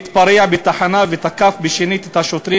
התפרע בתחנה ותקף בשנית את השוטרים,